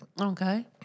Okay